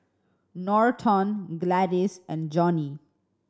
Norton Gladis and Johnnie